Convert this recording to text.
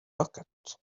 bucket